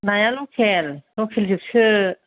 नाया लकेल लकेल जोबसो